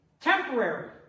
temporary